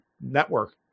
network